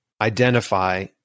identify